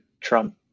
trump